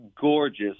gorgeous